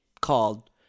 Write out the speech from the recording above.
called